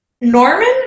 Norman